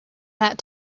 that